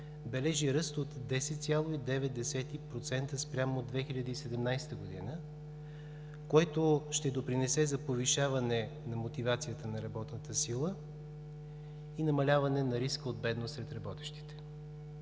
бележи ръст от 10,9% спрямо 2017 г., което ще допринесе за повишаване на мотивацията на работната сила и намаляване на риска от бедност сред работещите.